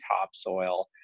topsoil